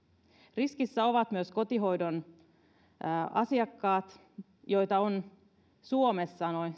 riskissä ovat myös kotihoidon asiakkaat joita on suomessa noin